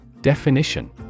Definition